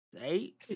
eight